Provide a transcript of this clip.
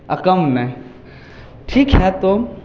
आ कम शमे ठीक हइ तो